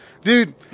dude